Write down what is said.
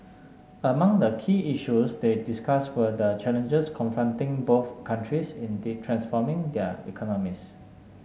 among the key issues they discussed were the challenges confronting both countries in the transforming their economies